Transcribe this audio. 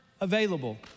available